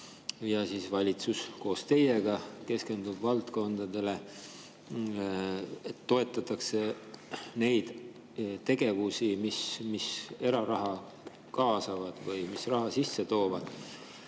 ja valitsus koos teiega keskendub nendele valdkondadele ja toetatakse neid tegevusi, mis eraraha kaasavad või raha sisse toovad,